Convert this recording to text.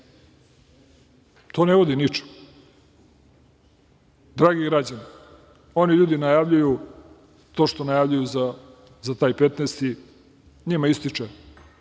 To ne vodi ničemu. Dragi građani, oni ljudi najavljuju to što najavljuju za taj 15. Njima ističe